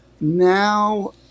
now